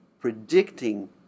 predicting